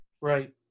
Right